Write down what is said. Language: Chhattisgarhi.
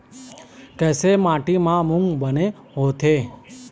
कइसे माटी म मूंग बने होथे?